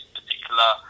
particular